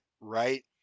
right